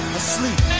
asleep